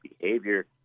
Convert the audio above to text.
behavior